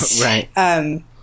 right